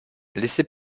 laissez